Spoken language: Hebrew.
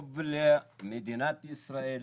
טוב למדינת ישראל,